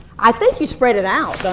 i think you spread it out,